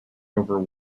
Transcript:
over